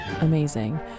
Amazing